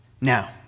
Now